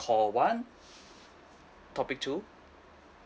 call one topic two